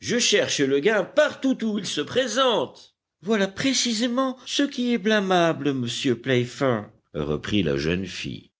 je cherche le gain partout où il se présente voilà précisément ce qui est blâmable monsieur playfair reprit la jeune fille